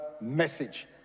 message